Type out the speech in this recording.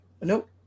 Nope